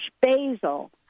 basil